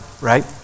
right